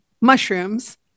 mushrooms